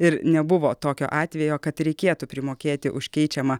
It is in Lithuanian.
ir nebuvo tokio atvejo kad reikėtų primokėti už keičiamą